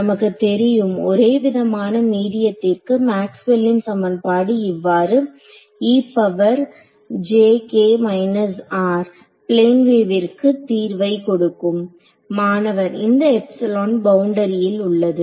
நமக்கு தெரியும் ஒரேவிதமான மீடியத்திற்கு மேக்ஸ்வெல்லின் சமன்பாடு இவ்வாறு பிளேன் வேவ்விற்கு தீர்வை கொடுக்கும் மாணவர் இந்த பவுண்டரியில் உள்ளது